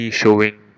showing